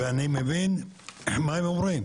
אני מבין מה הם אומרים,